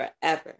forever